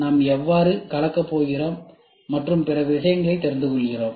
நாம் எவ்வாறு கலக்கப் போகிறோம் மற்றும் பிற விசயங்களை தெரிந்து கொள்கிறோம்